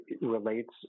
relates